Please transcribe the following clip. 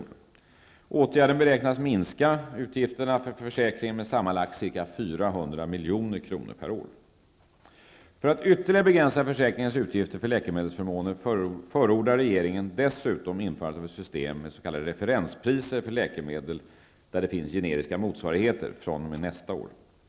Denna åtgärd beräknas minska försäkringens utgifter med sammanlagt ca 400 För att ytterligare begränsa försäkringens utgifter för läkemedelsförmåner förordar regeringen dessutom införande av ett system med referenspriser för läkemedel med generiska motsvarigheter fr.o.m. år 1993.